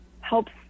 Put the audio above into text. helps